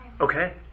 Okay